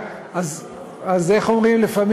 שר התקשורת חייב לאשר.